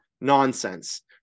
nonsense